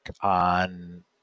on